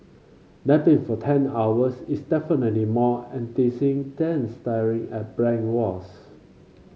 napping for ten hours is definitely more enticing than staring at blank walls